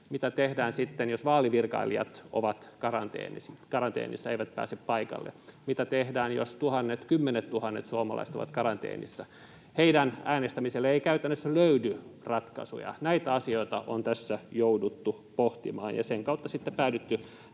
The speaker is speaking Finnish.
Mitä tehdään sitten, jos vaalivirkailijat ovat karanteenissa, eivät pääse paikalle? Mitä tehdään, jos tuhannet, kymmenettuhannet suomalaiset ovat karanteenissa? Heidän äänestämiselleen ei käytännössä löydy ratkaisuja. Näitä asioita on tässä jouduttu pohtimaan, ja sen kautta sitten päädyttiin